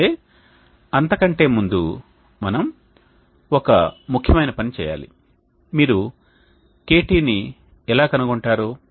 అయితే అంతకంటే ముందు మనం ఒక ముఖ్యమైన పని చేయాలి మీరు KT ని ఎలా కనుగొంటారు